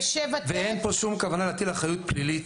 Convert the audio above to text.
ואין פה שום כוונה להטיל אחריות פלילית